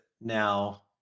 now